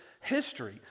history